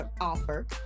offer